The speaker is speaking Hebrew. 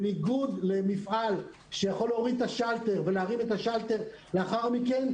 בניגוד למפעל שיכול להוריד את השלטר ולהרים אותו לאחר מכן,